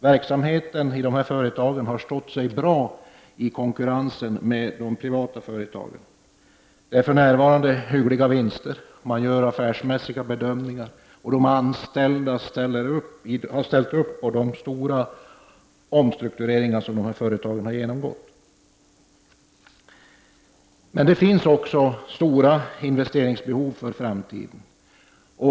Verksamheten i dessa företag har stått sig bra i konkurrensen med de privata företagen. Det är för närvarande hyggliga vinster, man gör affärsmässiga bedömningar, och de anställda har ställt upp på de stora omstruktureringar som de här företagen har genomgått. Men det finns också stora investeringsbehov för framtiden.